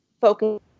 focus